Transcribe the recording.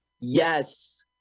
Yes